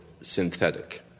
synthetic